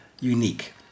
unique